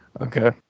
Okay